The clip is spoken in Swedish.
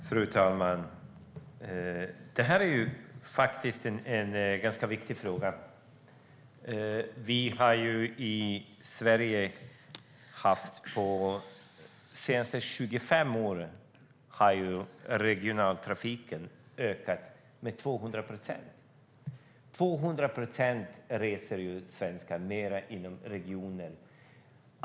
Fru talman! Detta är faktiskt en ganska viktig fråga. Under de senaste 25 åren har regionaltrafiken här i Sverige ökat med 200 procent. Så mycket mer reser svenskarna inom regionen.